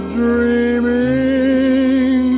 dreaming